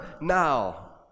now